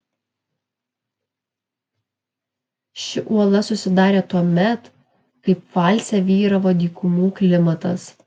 ši uola susidarė tuomet kai pfalce vyravo dykumų klimatas